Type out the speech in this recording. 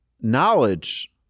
knowledge